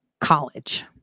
college